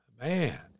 Man